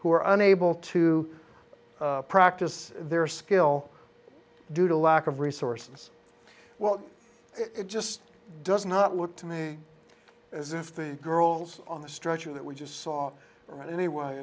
who are unable to practice their skill due to lack of resources well it just does not look to me as if the girls on the stretcher that we just saw aren't any